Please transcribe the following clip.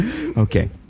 Okay